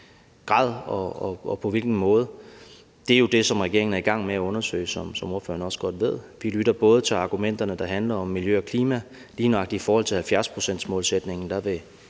grad og på hvilken måde, er jo det, som regeringen er i gang med at undersøge, som ordføreren også godt ved. Vi lytter til argumenterne, der handler om miljø og klima. Lige nøjagtig i forhold til 70-procentsmålsætningen vil